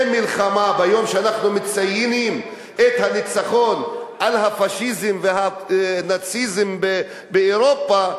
ביום שבו אנחנו מציינים את הניצחון על הפאשיזם והנאציזם באירופה,